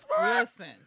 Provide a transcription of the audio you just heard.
listen